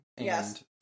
Yes